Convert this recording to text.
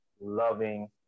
loving